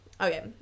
Okay